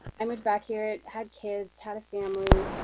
i moved back here. had kids, had a family.